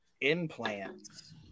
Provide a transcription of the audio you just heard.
implants